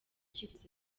cyifuzo